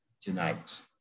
tonight